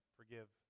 forgive